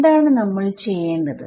എന്താണ് നമ്മൾ ചെയ്യേണ്ടത്